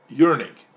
yearning